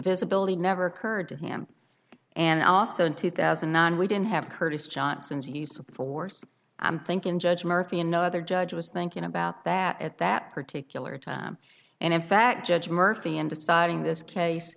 divisibility never occurred to him and also in two thousand and nine we didn't have curtis johnson's use of force i'm thinking judge murphy another judge was thinking about that at that particular time and in fact judge murphy in deciding this case